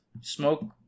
smoke